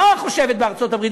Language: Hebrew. מה חושבים בארצות-הברית,